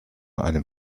einem